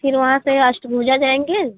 फिर वहाँ से अष्टभुजा जाएँगे